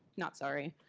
not sorry.